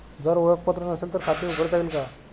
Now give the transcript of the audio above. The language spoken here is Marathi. जर ओळखपत्र नसेल तर खाते उघडता येईल का?